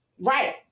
Right